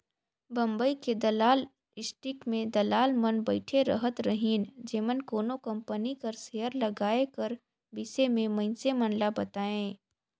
बंबई के दलाल स्टीक में दलाल मन बइठे रहत रहिन जेमन कोनो कंपनी कर सेयर लगाए कर बिसे में मइनसे मन ल बतांए